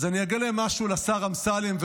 אז אני אגלה משהו לשר אמסלם,